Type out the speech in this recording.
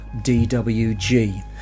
DWG